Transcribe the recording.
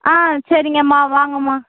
ஆ சரிங்கம்மா வாங்கம்மா